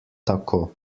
tako